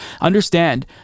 Understand